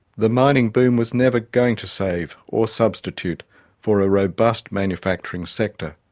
the mining boom was never going to save or substitute for a robust manufacturing sector.